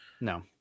no